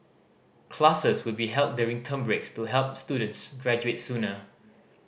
classes will be held during term breaks to help students graduate sooner